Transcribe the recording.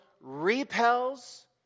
repels